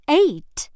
eight